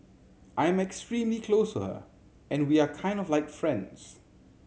I am extremely close her and we are kind of like friends